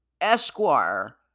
Esquire